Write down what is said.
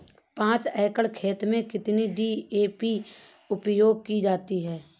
पाँच एकड़ खेत में कितनी डी.ए.पी उपयोग की जाती है?